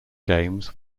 games